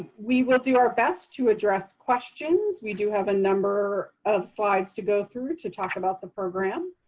we will do our best to address questions. we do have a number of slides to go through to talk about the program,